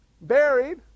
buried